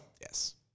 Yes